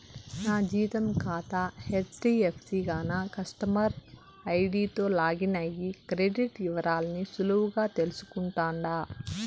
నా జీతం కాతా హెజ్డీఎఫ్సీ గాన కస్టమర్ ఐడీతో లాగిన్ అయ్యి క్రెడిట్ ఇవరాల్ని సులువుగా తెల్సుకుంటుండా